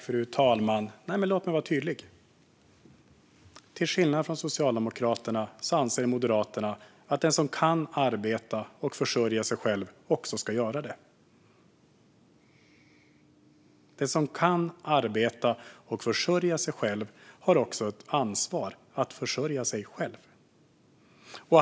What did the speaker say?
Fru talman! Låt mig vara tydlig: Till skillnad från Socialdemokraterna anser Moderaterna att den som kan arbeta och försörja sig själv också ska göra det. Den som kan arbeta och försörja sig själv har också ett ansvar att försörja sig själv.